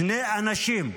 שני אנשים.